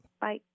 Bye